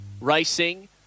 Racing